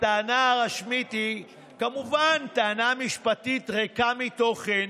הטענה הרשמית היא כמובן טענה משפטית ריקה מתוכן,